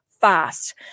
fast